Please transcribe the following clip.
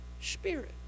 spirit